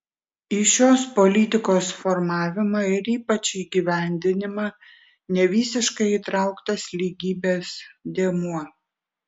į šios politikos formavimą ir ypač įgyvendinimą nevisiškai įtrauktas lygybės dėmuo